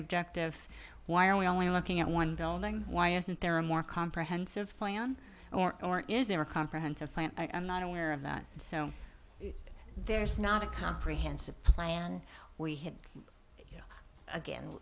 objective why are we only looking at one building why isn't there a more comprehensive plan or is there a comprehensive plan i'm not aware of that so there's not a comprehensive plan we had again